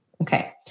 Okay